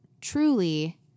truly